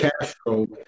Castro